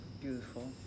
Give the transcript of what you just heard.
beautiful